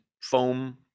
foam